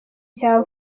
cya